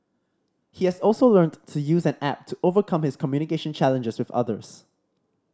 he has also learnt to use an app to overcome his communication challenges with others